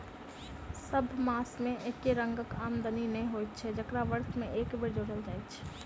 सभ मास मे एके रंगक आमदनी नै होइत छै जकरा वर्ष मे एक बेर जोड़ल जाइत छै